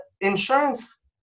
insurance